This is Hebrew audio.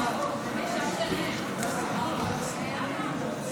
ההצעה הוסרה מסדר-היום.